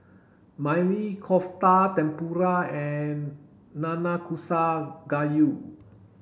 Maili Kofta Tempura and Nanakusa Gayu